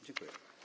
Dziękuję.